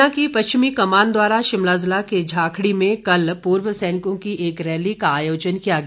सेना की पश्चिमी कमान द्वारा शिमला ज़िला के झाखड़ी में कल पूर्व सैनिकों की एक रैली का आयोजन किया गया